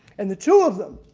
and the two of them.